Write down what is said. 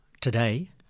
Today